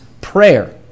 prayer